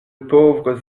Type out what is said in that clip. pauvres